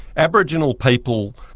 aboriginal people,